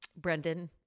Brendan